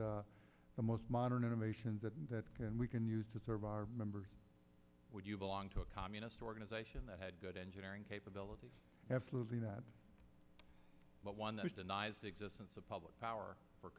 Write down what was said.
the most modern innovations that we can use to serve our members would you belong to a communist organization that had good engineering capabilities absolutely that but one which denies the existence of public power for